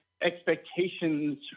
expectations